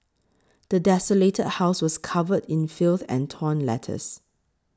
the desolated house was covered in filth and torn letters